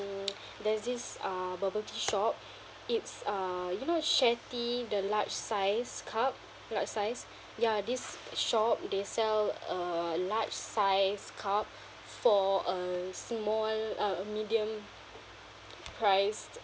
there's this uh bubble tea shop it's uh you know Sharetea the large size cup large size ya this shop they sell a large size cup for a small a medium price